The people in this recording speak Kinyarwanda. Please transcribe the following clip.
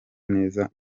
neza